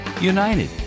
United